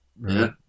Right